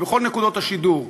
ובכל נקודות השידור,